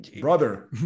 brother